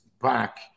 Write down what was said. back